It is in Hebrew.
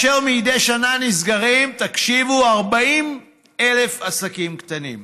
ומדי שנה נסגרים, תקשיבו, 40,000 עסקים קטנים,